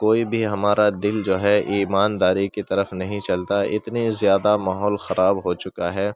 کوئی بھی ہمارا دل جو ہے ایمانداری کی طرف نہیں چلتا اتنی زیادہ ماحول خراب ہو چکا ہے